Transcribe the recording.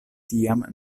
tiam